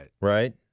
right